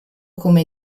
come